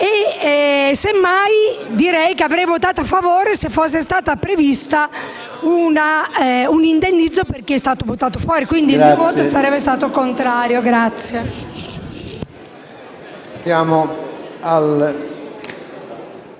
Semmai, avrei votato a favore se fosse stato previsto un indennizzo per chi è stato buttato fuori. Quindi, il mio voto sarebbe stato contrario.